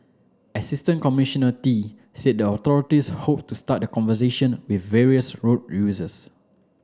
Assistant Commissioner Tee said the authorities hoped to start the conversation with various road users